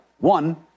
One